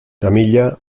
camilla